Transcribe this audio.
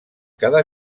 cada